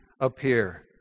appear